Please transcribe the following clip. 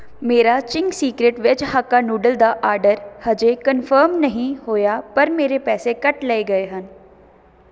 ਮੇਰਾ Ching's secret ਵਿੱਚ hakka noodle ਦਾ ਆਡਰ ਹਜੇ ਕਨਫਰਮ ਨਹੀਂ ਹੋਇਆ ਪਰ ਮੇਰੇ ਪੈਸੇ ਕੱਟ ਲਏ ਗਏ ਹਨ